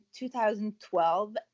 2012